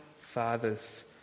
father's